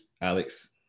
Alex